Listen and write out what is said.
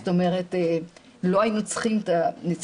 זאת אומרת לא היינו צריכים את הנציבות,